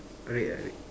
red ah red